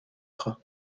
tra